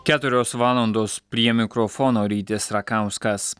keturios valandos prie mikrofono rytis rakauskas